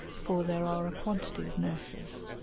for there are a quantity of nurses.